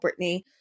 Britney